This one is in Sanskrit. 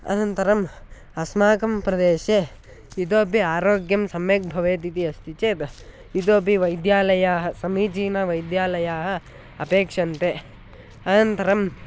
अनन्तरम् अस्माकं प्रदेशे इतोऽपि आरोग्यं सम्यक् भवेदिति अस्ति चेत् इतोऽपि वैद्यालयाः समीचीनाः वैद्यालयाः अपेक्ष्यन्ते अनन्तरम्